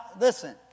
listen